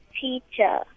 teacher